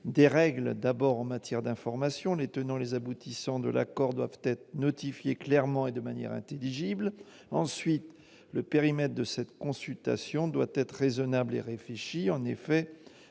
règles. Tout d'abord, en matière d'information : les tenants et les aboutissants de l'accord doivent être notifiés clairement et de manière intelligible. Ensuite, le périmètre de cette consultation doit être raisonnable et réfléchi. En effet,